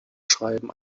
schreiben